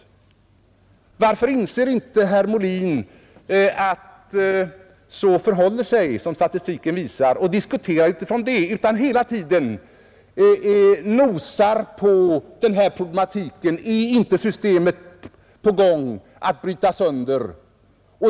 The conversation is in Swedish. Varför diskuterar herr Molin inte utifrån detta i stället för att hela tiden nosa på den här problematiken: Är inte systemet på väg att brytas sönder?